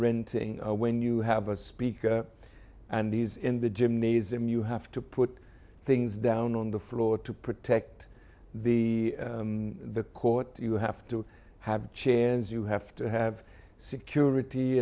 renting when you have a speaker and these in the gymnasium you have to put things down on the floor to protect the the court you have to have chairs you have to have security